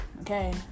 Okay